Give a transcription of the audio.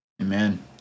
Amen